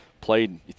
played